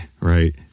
right